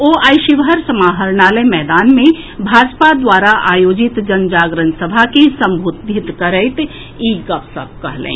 ओ आइ शिवहर समाहरणालय मैदान मे भाजपा द्वारा आयोजित जनजागरण सभा के संबोधित करैत ई गप सभ कहलनि